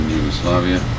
Yugoslavia